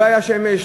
לא הייתה שמש?